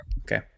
Okay